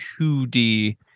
2D